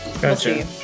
Gotcha